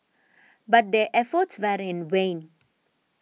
but their efforts were in vain